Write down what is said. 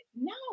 No